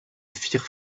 firent